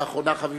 ואחרונה חביבה,